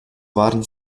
waren